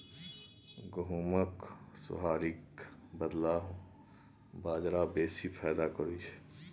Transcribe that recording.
गहुमक सोहारीक बदला बजरा बेसी फायदा करय छै